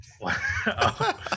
Wow